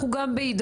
אנחנו גם בהידברות,